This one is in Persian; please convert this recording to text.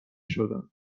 شدن